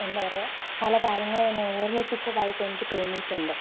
എന്താ പറയുക പല കാര്യങ്ങളും എന്നെ ഓർമിപ്പിച്ചതായിട്ട് എനിക്ക് തോന്നിയിട്ടുണ്ട്